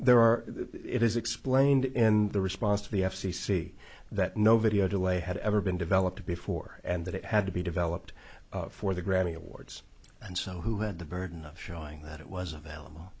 there are it is explained in the response to the f c c that no video to way had ever been developed before and that it had to be developed for the grammy awards and so who had the burden of showing that it was available